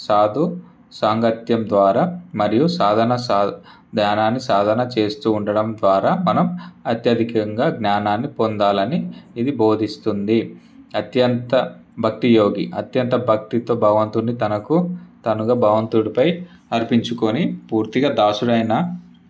సాధు సాంగత్యం ద్వారా మరియు సాధన ధ్యానాన్ని సాధన చేస్తూ ఉండడం ద్వారా మనం అత్యధికంగా జ్ఞానాన్ని పొందాలని ఇది బోధిస్తుంది అత్యంత భక్తి యోగి అత్యంత భక్తితో భావంతోని తనకు తానుగా భగవంతుడి పై అర్పించుకుని పూర్తిగా దాసుడైనా